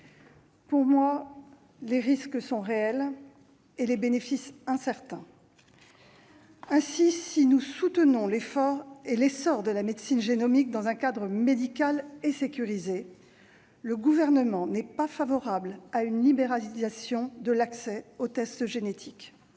Pour moi, les risques sont réels et les bénéfices incertains. Si nous soutenons l'effort et l'essor de la médecine génomique dans un cadre médical et sécurisé, le Gouvernement n'est pas favorable à une libéralisation de l'accès aux tests génétiques.